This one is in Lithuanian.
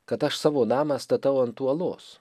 kad aš savo namą statau ant uolos